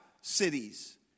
cities